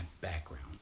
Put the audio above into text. background